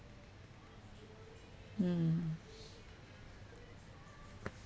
mm